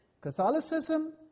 Catholicism